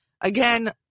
again